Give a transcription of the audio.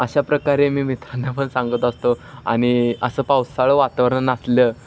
अशा प्रकारे मी मित्रांना पण सांगत असतो आणि असं पावसाळी वातावरण असलं